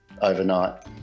overnight